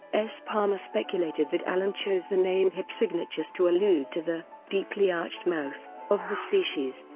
s. palmer speculated that allen chose the name hypsignathus to allude to the deeply arched mouth of the species.